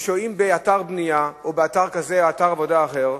ושוהים באתר בנייה או באתר עבודה אחר,